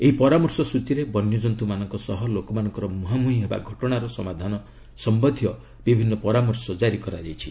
ଏହି ପରାମର୍ଶ ସୂଚୀରେ ବନ୍ୟଜନ୍ତୁମାନଙ୍କ ସହ ଲୋକମାନଙ୍କର ମୁହାଁମୁହିଁ ହେବା ଘଟଣାର ସମାଧାନ ସମ୍ପନ୍ଧୟୀ ବିଭିନ୍ନ ପରାମର୍ଶ କାରି କରାଯାଇଛି